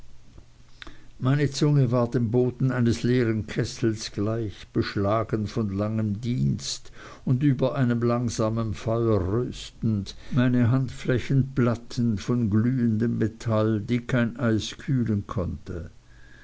meine zunge war dem boden eines leeren kessels gleich beschlagen von langem dienst und über einem langsamen feuer röstend meine handflächen platten von glühendem metall die kein eis kühlen konnte